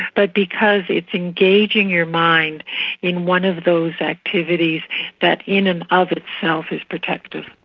but because it's engaging your mind in one of those activities that in and of itself is protective.